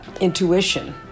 intuition